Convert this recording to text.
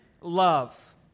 Love